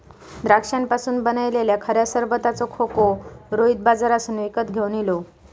द्राक्षांपासून बनयलल्या खऱ्या सरबताचो खोको रोहित बाजारातसून विकत घेवन इलो